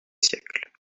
siècles